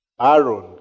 Aaron